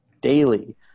daily